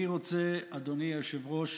אני רוצה, אדוני היושב-ראש,